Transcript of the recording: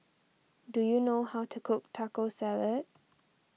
do you know how to cook Taco Salad